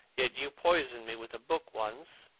yet you poisoned me with a book once.